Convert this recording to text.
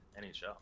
NHL